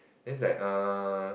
then it's like err